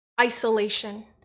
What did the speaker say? Isolation